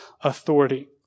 authority